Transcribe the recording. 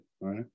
right